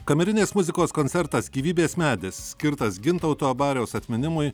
kamerinės muzikos koncertas gyvybės medis skirtas gintauto abariaus atminimui